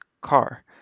car